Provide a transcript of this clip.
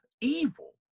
evil